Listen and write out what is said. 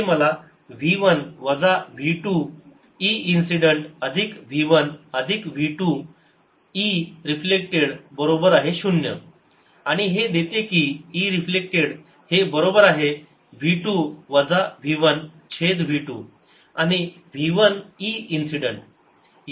हे मला v 1 वजा v 2 e इन्सिडेंट अधिक v1 अधिकv 2 e रिफ्लेक्टेड बरोबर आहे शून्य आणि हे देते की e रिफ्लेक्टेड हे बरोबर आहे v2 वजा v1 छेद v 2 अधिक v 1 e इन्सिडेंट